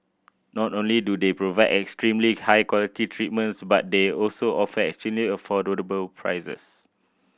not only do they provide extremely high quality treatments but they also offer extremely prices